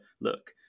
look